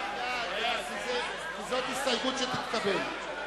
זו הסתייגות שתתקבל.